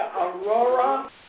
Aurora